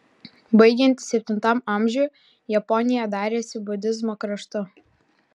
baigiantis septintam amžiui japonija darėsi budizmo kraštu